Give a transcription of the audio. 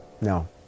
No